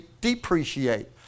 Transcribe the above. depreciate